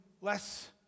less